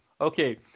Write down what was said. okay